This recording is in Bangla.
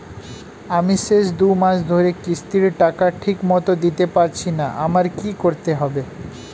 আমি শেষ দুমাস ধরে কিস্তির টাকা ঠিকমতো দিতে পারছিনা আমার কি করতে হবে?